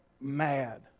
mad